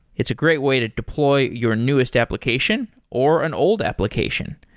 it's a great way to deploy your newest application, or an old application.